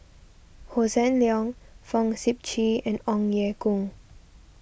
Hossan Leong Fong Sip Chee and Ong Ye Kung